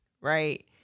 right